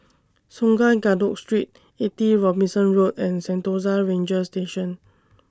Sungei Kadut Street eighty Robinson Road and Sentosa Ranger Station